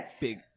big